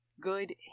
Good